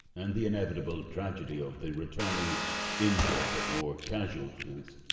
and the inevitable tragedy of the returning injured or casualties.